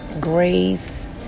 grace